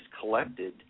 collected